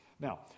Now